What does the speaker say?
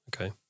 Okay